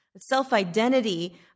self-identity